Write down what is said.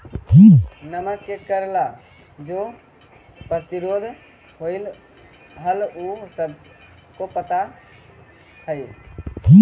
नमक के कर ला जो प्रतिरोध होलई हल उ सबके पता हई